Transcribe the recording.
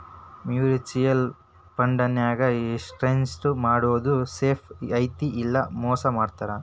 mutual ಫಂಡನ್ಯಾಗ invest ಮಾಡೋದ್ safe ಐತಿ ಇಲ್ಲಾ ಮೋಸ ಮಾಡ್ತಾರಾ